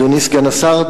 אדוני סגן השר,